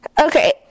Okay